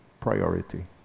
priority